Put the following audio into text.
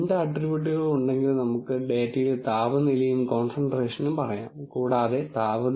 ആ ശ്രമത്തിൽ നിങ്ങൾ പരാജയപ്പെട്ടെങ്കിലും അനുമാനം പരിഷ്കരിക്കുന്നതിന് നിങ്ങളെ സഹായിക്കുന്ന എന്തെങ്കിലും നിങ്ങൾക്ക് ഇപ്പോഴും അതിൽ നിന്ന് ലഭിച്ചു